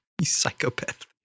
psychopath